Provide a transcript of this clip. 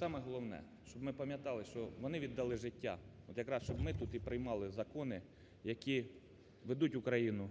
саме головне, щоб ми пам'ятали, що вони віддали життя от якраз, щоб ми тут і приймали закони, які ведуть Україну